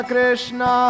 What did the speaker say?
Krishna